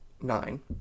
Nine